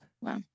wow